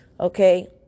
okay